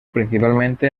principalmente